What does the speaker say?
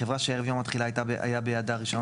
חברה שערב יום התחילה היה בידה רישיון